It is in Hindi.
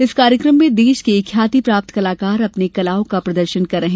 इस कार्यकम में देश के ख्यातिप्राप्त कलाकार अपनी कलाओं का प्रदर्शन करे रहे हैं